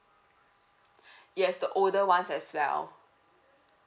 yes the older ones as well